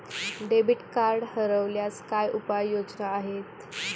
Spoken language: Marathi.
डेबिट कार्ड हरवल्यास काय उपाय योजना आहेत?